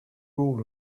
rule